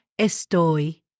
estoy